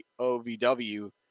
OVW